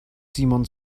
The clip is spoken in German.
simon